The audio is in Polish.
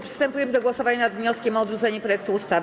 Przystępujemy do głosowania nad wnioskiem o odrzucenie projektu ustawy.